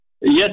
Yes